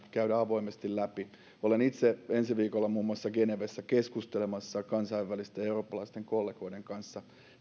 käydä avoimesti läpi olen itse ensi viikolla muun muassa genevessä keskustelemassa kansainvälisten eurooppalaisten kollegoiden kanssa